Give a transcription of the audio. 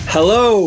Hello